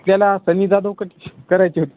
आपल्याला सनी जादव कट करायची होती